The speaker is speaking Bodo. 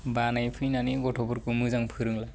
बानाय फैनानै गथ'फोरखौ मोजां फोरोंला